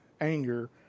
anger